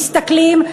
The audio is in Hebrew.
מסתכלים,